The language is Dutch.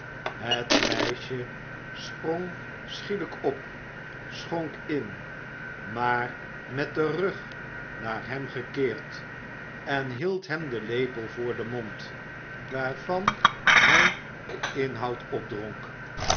het meisje sprong schielijk op schonk in maar met den rug naar hem gekeerd en hield hem den lepel voor den mond waarvan hij den inhoud opdronk